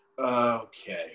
okay